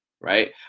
right